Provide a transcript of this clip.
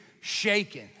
shaken